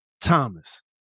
Thomas